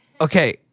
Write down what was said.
Okay